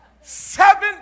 seven